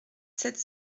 sept